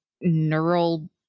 neural